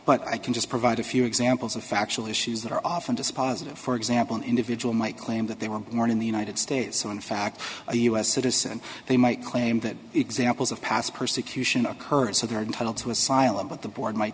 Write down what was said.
but i can just provide a few examples of factual issues that are often dispositive for example an individual might claim that they were mourning the united states so in fact a us citizen they might claim that examples of past persecution occurred so they're entitled to asylum but the board might